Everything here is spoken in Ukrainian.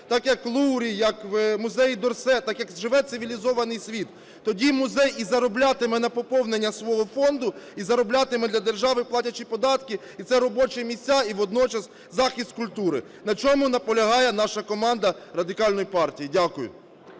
так, як в Луврі, як у музеї д'Орсе, так, як живе цивілізований світ. Тоді музей і зароблятиме на поповнення свого фонду, і зароблятиме для держави, платячи податки. І це робочі місця, і водночас захист культури, на чому і наполягає наша команда Радикальної партії. Дякую.